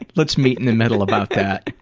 and let's meet in the middle about that.